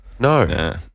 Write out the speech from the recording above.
No